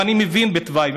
אני מבין בתוואי,